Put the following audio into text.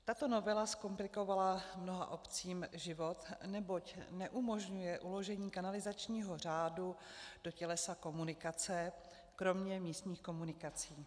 Tato novela zkomplikovala mnoha obcím život, neboť neumožňuje uložení kanalizačního řádu do tělesa komunikace kromě místních komunikací.